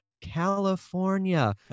California